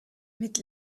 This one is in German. mit